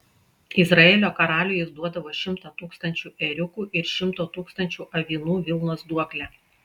izraelio karaliui jis duodavo šimtą tūkstančių ėriukų ir šimto tūkstančių avinų vilnos duoklę